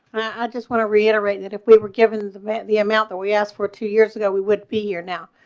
i just want to reiterate that if we were giving them them at the amount that we asked for two years ago, we wouldn't be here now.